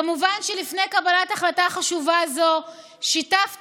כמובן שלפני קבלת החלטה חשובה זו שיתפתי